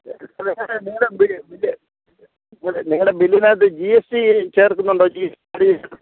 വേറെ നിങ്ങളുടെ നിങ്ങളുടെ നിങ്ങളുടെ ബില്ലിനകത്ത് ജി എസ് ടി ചേർക്കുന്നുണ്ടോ ജി എസ് ടി